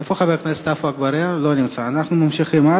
אנו ממשיכים.